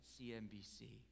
cnbc